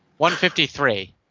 153